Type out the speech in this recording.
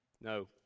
no